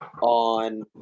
on